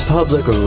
Public